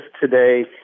today